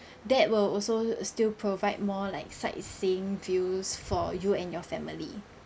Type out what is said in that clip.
that will also still provide more like sightseeing views for you and your family